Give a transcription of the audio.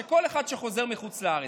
לכל אחד שחוזר מחוץ לארץ.